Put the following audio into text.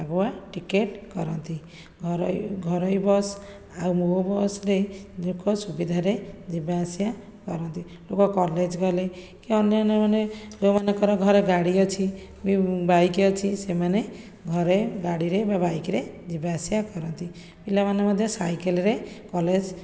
ଆଗୁଆ ଟିକେଟ୍ କରନ୍ତି ଘରୋଇ ଘରୋଇ ବସ୍ ଆଉ ମୋ ବସ୍ ରେ ଲୋକ ସୁବିଧାରେ ଯିବାଆସିବା କରନ୍ତି ଲୋକ କଲେଜ ଗଲେ କି ଅନ୍ୟମାନେ ଯେଉଁ ମାନଙ୍କର ଘରେ ଗାଡ଼ି ଅଛି ବାଇକ୍ ଅଛି ସେମାନେ ଘରେ ଗାଡ଼ିରେ ବା ବାଇକ୍ ରେ ଯିବାଆସିବା କରନ୍ତି ପିଲାମାନେ ମଧ୍ୟ ସାଇକେଲରେ କଲେଜ